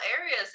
areas